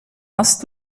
hast